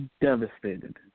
Devastated